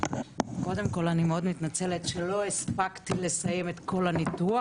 קודם כל אני מתנצלת שלא הספקתי לסיים את כל הניתוח,